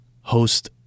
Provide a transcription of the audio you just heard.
host